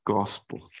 Gospel